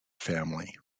family